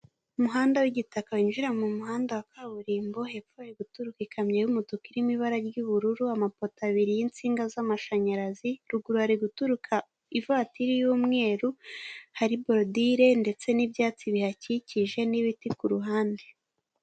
Umuhanda w'igitaka winjira mu muhanda wa kaburimbo, hepfo hari guturuka ikamyo y'umutuku irimo ibara ry'ubururu, amapoto abiri y'insinga z'amashanyarazi, ruguru hari guturuka ivatiri y'umweru, hari borodire ndetse n'ibyatsi bihakikije n'ibiti ku ruhande.